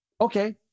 okay